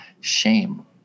Shame